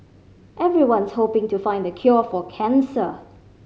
everyone's hoping to find the cure for cancer